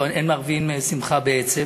אין מערבים שמחה בעצב.